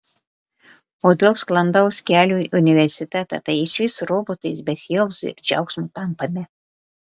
o dėl sklandaus kelio į universitetą tai išvis robotais be sielos ir džiaugsmo tampame